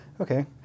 Okay